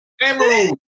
Emerald